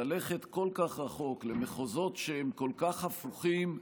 ללכת כל כך רחוק למחוזות שהם כל כך הפוכים,